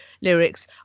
lyrics